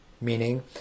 meaning